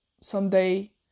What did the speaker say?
someday